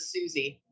Susie